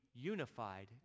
Unified